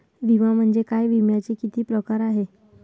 विमा म्हणजे काय आणि विम्याचे किती प्रकार आहेत?